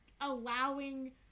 allowing